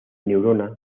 neurona